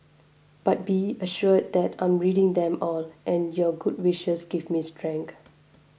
but be assured that I'm reading them all and your good wishes give me strength